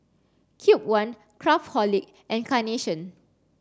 Cube one Craftholic and Carnation